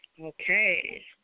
Okay